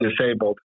disabled